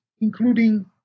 including